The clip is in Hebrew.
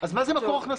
אז מה זה מקור הכנסה?